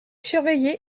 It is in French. surveiller